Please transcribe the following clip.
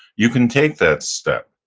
you can take that step.